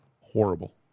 Horrible